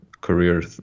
career